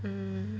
mm